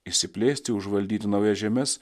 išsiplėsti užvaldyt naujas žemes